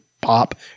pop